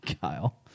Kyle